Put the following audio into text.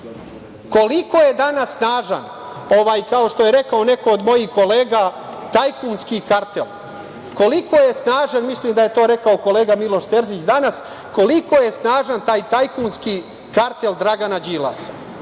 Đilasa? Koliko je danas snažan ovaj, kao što je rekao neko od mojih kolega, tajkunski kartel, koliko je snažan, mislim da je to rekao kolega Miloš Terzić danas, koliko je snažan taj tajkunski kartel Dragana Đilasa?